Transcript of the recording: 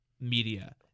media